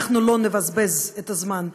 אנחנו לא נבזבז את הזמן.